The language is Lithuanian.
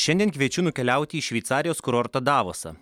šiandien kviečiu nukeliauti į šveicarijos kurortą davosą